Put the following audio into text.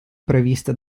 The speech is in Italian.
previste